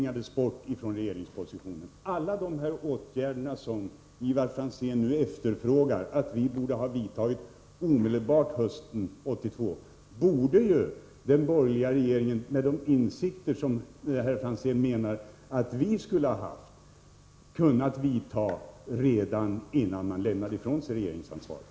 Alla de här åtgärderna, som Ivar Franzén nu anser att vi borde ha vidtagit omedelbart hösten 1982, borde ju den borgerliga regeringen — om den haft de insikter som herr Franzén menar att vi skulle ha haft — kunnat vidta redan innan man lämnade ifrån sig regeringsansvaret.